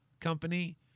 company